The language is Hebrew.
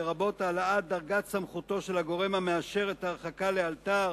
לרבות העלאת דרגת סמכותו של הגורם המאשר את ההרחקה לאלתר